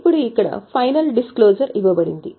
ఇప్పుడు ఇక్కడ final disclosure ఇవ్వబడింది